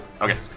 Okay